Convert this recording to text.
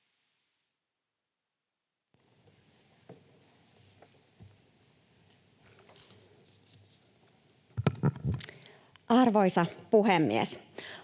Arvoisa puhemies!